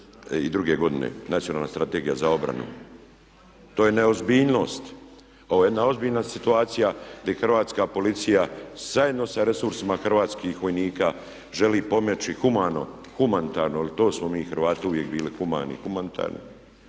2002. godine, Nacionalna strategija za obranu. To je neozbiljnost. Ovo je jedna ozbiljna situacija gdje hrvatska policija zajedno sa resursima hrvatskih vojnika želi pomoći humanitarno, jer to smo mi Hrvati uvijek bili humani i humanitarni